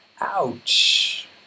ouch